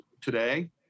today